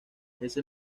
ese